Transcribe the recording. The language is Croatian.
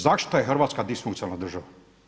Zašto je Hrvatska disfunkcionalna država?